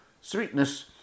sweetness